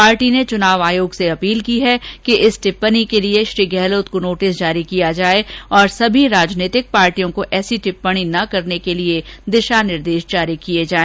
party ने चुनाव आयोग से अपील की है कि इस टिप्पणी के लिए गहलोत को नोटिस जारी करें और सभी राजनीतिक पार्टियों को ऐसी टिप्पणी न करने के लिए दिशा निर्देश जारी करें